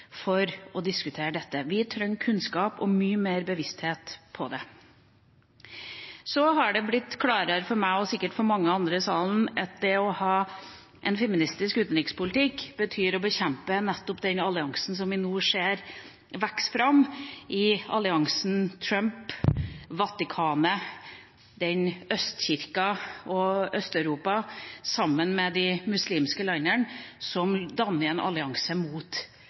for å diskutere dette. Vi trenger kunnskap og mye mer bevissthet om det. Så har det blitt klarere for meg, og sikkert for mange andre i salen, at det å ha en feministisk utenrikspolitikk betyr å bekjempe nettopp den alliansen som vi nå ser vokser fram i alliansen Trump–Vatikanet, østkirka og Øst-Europa sammen med de muslimske landene, som danner en allianse mot